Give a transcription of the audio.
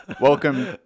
Welcome